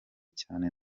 cyane